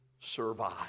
survive